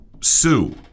Sue